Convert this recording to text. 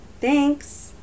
Thanks